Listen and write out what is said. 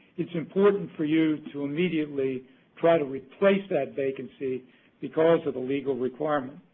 it's important for you to immediately try to replace that vacancy because of the legal requirement.